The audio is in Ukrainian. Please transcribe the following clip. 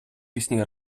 пісні